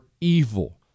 evil